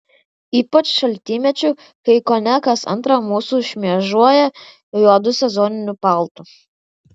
ypač šaltymečiu kai kone kas antra mūsų šmėžuoja juodu sezoniniu paltu